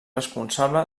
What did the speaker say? responsable